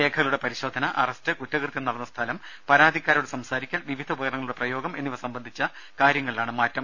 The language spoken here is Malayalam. രേഖകളുടെ പരിശോധന അറസ്റ്റ് കുറ്റകൃത്യം നടന്ന സ്ഥലം പരാതിക്കാരോട് സംസാരിക്കൽ വിവിധ ഉപകരണങ്ങളുടെ പ്രയോഗം എന്നിവ സംബന്ധിച്ച കാര്യങ്ങളിലാണ് മാറ്റം